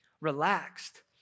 relaxed